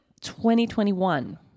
2021